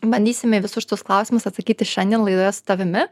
bandysime į visus šitus klausimus atsakyti šiandien laidoje su tavimi